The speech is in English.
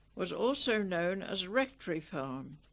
was also known as rectory farm